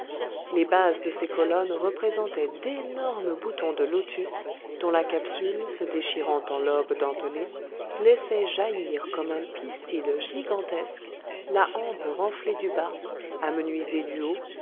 les bases de ces colonnes représentaient d'énormes boutons de lotus dont la capsule se déchirant en lobes dentelés laissait jaillir comme un pistil gigantesque la hampe renflée du bas amenuisée du haut